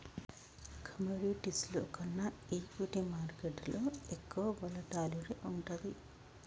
కమోడిటీస్లో కన్నా ఈక్విటీ మార్కెట్టులో ఎక్కువ వోలటాలిటీ వుంటది